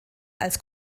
als